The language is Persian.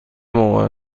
موقع